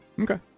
Okay